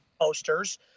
Posters